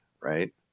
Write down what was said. right